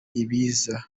ibiza